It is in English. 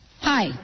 Hi